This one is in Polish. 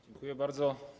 Dziękuję bardzo.